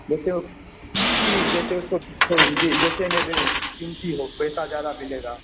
जैसे जी जैसे उसको जी बेचेंगे तो कीमती हो पैसा जादा मिलेगा